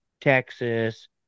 Texas